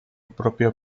propio